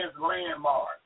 landmark